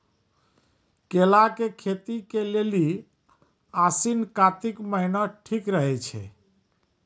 केला के खेती के लेली आसिन कातिक महीना ठीक रहै छै